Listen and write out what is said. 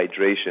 hydration